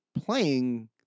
playing